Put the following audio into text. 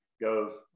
goes